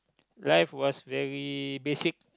life was very basic